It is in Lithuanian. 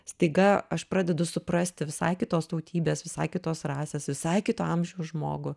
staiga aš pradedu suprasti visai kitos tautybės visai kitos rasės visai kito amžiaus žmogų